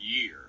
year